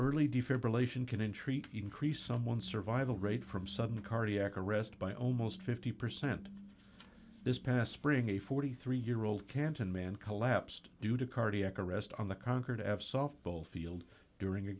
intreat increase someone survival rate from sudden cardiac arrest by almost fifty percent this past spring a forty three year old canton man collapsed due to cardiac arrest on the concord f softball field during